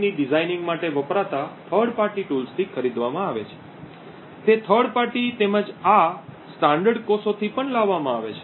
ની ડિઝાઇનિંગ માટે વપરાતા થર્ડ પાર્ટી ટૂલ્સથી ખરીદવામાં આવે છે તે થર્ડ પાર્ટી તેમજ આ સ્ટાન્ડર્ડ કોષોથી પણ લાવવામાં આવે છે